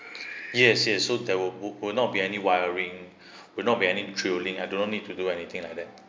yes yes so there will will not be any wiring will not be any trailing I do not need to do anything like that